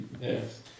Yes